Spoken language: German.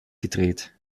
gedreht